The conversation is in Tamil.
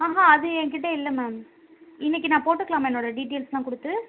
ஆஹான் அது என்கிட்டே இல்லை மேம் இன்னிக்கு நான் போட்டுக்கலாமா என்னோடய டீட்டெயில்ஸ்ஸெலாம் கொடுத்து